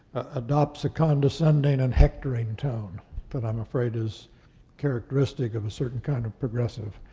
adopts a condescending and hectoring tone that i'm afraid is characteristic of a certain kind of progressive,